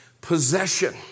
possession